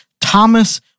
Thomas